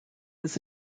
was